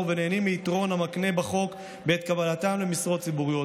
ונהנים מיתרון המוקנה בחוק בעת קבלתם למשרות ציבוריות,